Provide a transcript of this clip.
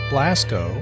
Blasco